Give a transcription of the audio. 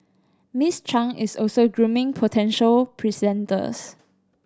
Miss Chang is also grooming potential presenters